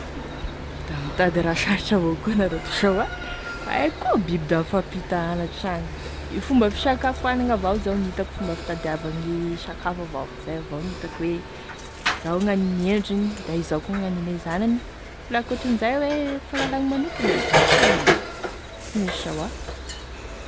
Da mitady raha sarotry avao koa anareo ty sa hoa, aia koa biby da mifampita anatry agny, fa gne fomba fisakafoanagny avao zao gn'hitako fomba fitadiavagny sakafo avao zay gn'itako hoe zao gnanine endriny da izao koa gn'anine e zanany fa la ankoatran'izay hoe fahalalagny manokagny en hum sy misy sa hoa.